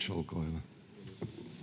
Speaker: Jussi